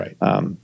right